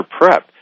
prep